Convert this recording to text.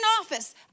office